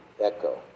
echo